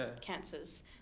cancers